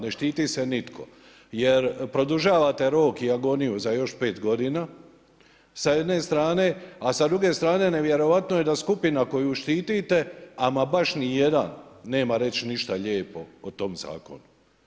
Ne štiti se nitko jer produžava te rok i agoniju za još 5 godina sa jedne strane, a sa druge strane nevjerojatno je da skupina koju štitite ama baš nijedan nema reći ništa lijepo o tom Zakonu.